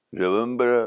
Remember